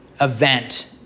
event